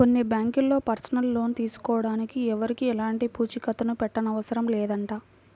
కొన్ని బ్యాంకుల్లో personal loan తీసుకోడానికి ఎవరికీ ఎలాంటి పూచీకత్తుని పెట్టనవసరం లేదంట